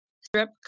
strip